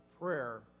prayer